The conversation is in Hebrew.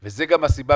וזו הסיבה,